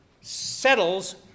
settles